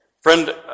Friend